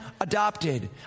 adopted